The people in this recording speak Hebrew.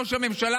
ראש הממשלה,